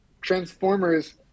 Transformers